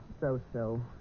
So-so